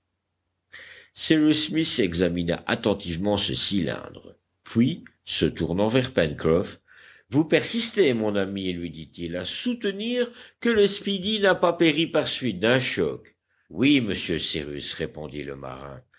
cyrus smith examina attentivement ce cylindre puis se tournant vers pencroff vous persistez mon ami lui dit-il à soutenir que le speedy n'a pas péri par suite d'un choc oui monsieur cyrus répondit le marin